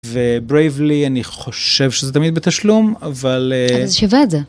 וbravely לי אני חושב שזה תמיד בתשלום אבל זה שווה את זה.